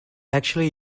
actually